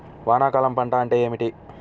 వానాకాలం పంట అంటే ఏమిటి?